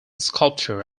sculptor